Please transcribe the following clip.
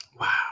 wow